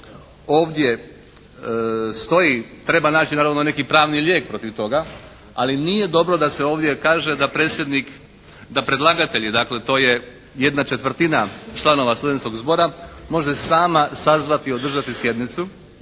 stoji treba naći naravno neki pravni lijek protiv toga. Ali nije dobro da se ovdje kaže da predsjednik, da predlagatelji dakle to je ¼ članova studentskog zbora može sama sazvati i održati sjednicu.